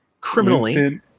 Criminally